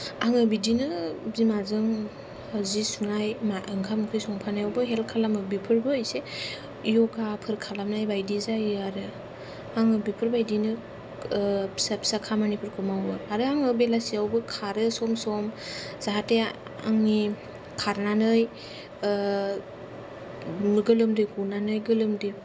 आङो बिदिनो बिमाजों जि सुनाय मा ओंखाम ओंख्रि संफानायावबो हेल्प खालामो बेफोरबो इसे यगाफोर खालामनाय बायदि जायो आरो आङो बेफोरबायदिनो फिसा फिसा खामानिफोरखौ मावो आरो आङो बेलासियावबो खारो सम सम जाहाथे आंनि खारनानै गोलोमदै गनानै गोलोमदै